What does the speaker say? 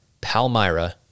Palmyra